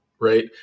right